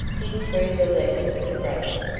he threw the letter to bragdon,